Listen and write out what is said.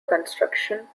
construction